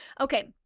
Okay